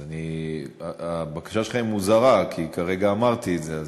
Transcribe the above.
אז הבקשה שלך היא מוזרה, כי כרגע אמרתי את זה.